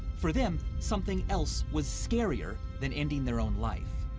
for them, something else was scarier than ending their own life.